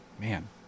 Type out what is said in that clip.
Man